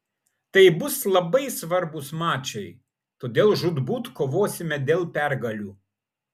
tai bus labai svarbūs mačai todėl žūtbūt kovosime dėl pergalių